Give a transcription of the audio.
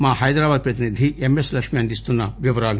మా హైదరాబాద్ ప్రతినిధి M S Lakshmi అందిస్తున్న వివరాలు